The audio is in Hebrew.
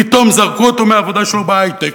פתאום זרקו אותו מהעבודה שלו בהיי-טק,